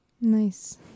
Nice